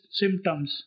symptoms